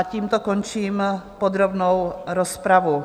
Tímto končím podrobnou rozpravu.